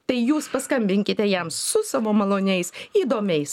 tai jūs paskambinkite jam su savo maloniais įdomiais